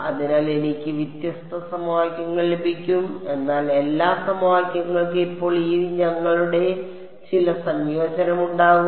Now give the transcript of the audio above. അതിനാൽ എനിക്ക് വ്യത്യസ്ത സമവാക്യങ്ങൾ ലഭിക്കും എന്നാൽ എല്ലാ സമവാക്യങ്ങൾക്കും ഇപ്പോൾ ഈ ഞങ്ങളുടെ ചില സംയോജനമുണ്ടാകും